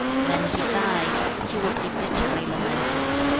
when he died, he would be bitterly lamented.